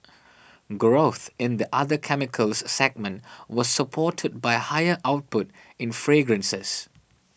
growth in the other chemicals segment was supported by higher output in fragrances